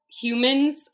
Humans